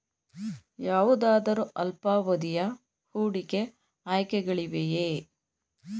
ಯಾವುದಾದರು ಅಲ್ಪಾವಧಿಯ ಹೂಡಿಕೆ ಆಯ್ಕೆಗಳಿವೆಯೇ?